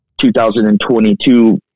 2022